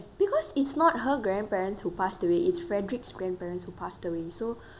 because it's not her grandparents who passed away it's frederick's grandparents who passed away so